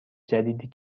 جدیدی